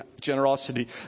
generosity